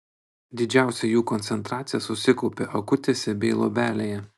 didžiausia jų koncentracija susikaupia akutėse bei luobelėje